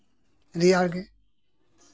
ᱨᱮᱭᱟᱲ ᱜᱮ